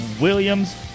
Williams